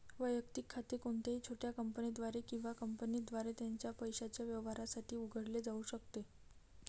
वैयक्तिक खाते कोणत्याही छोट्या कंपनीद्वारे किंवा कंपनीद्वारे त्याच्या पैशाच्या व्यवहारांसाठी उघडले जाऊ शकते